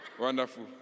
Wonderful